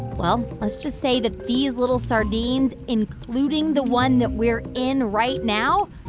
well, let's just say that these little sardines, including the one that we're in right now,